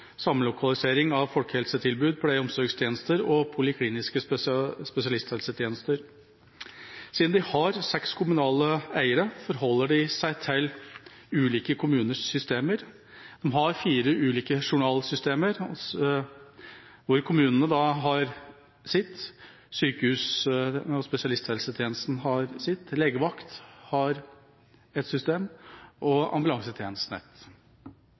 samlokalisering av folkehelsetilbud, pleie- og omsorgstjenester og polikliniske spesialisthelsetjenester. Siden de har seks kommunale eiere, forholder de seg til ulike kommuners systemer. De har fire ulike journalsystemer: Kommunene har sitt, sykehus og spesialisthelsetjenesten har sitt, legevakt har et system, og